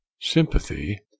sympathy